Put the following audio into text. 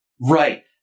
Right